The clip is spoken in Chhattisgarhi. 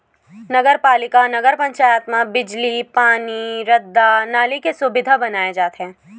नगर पालिका, नगर पंचायत म बिजली, पानी, रद्दा, नाली के सुबिधा बनाए जाथे